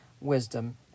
wisdom